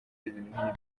ibintu